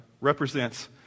represents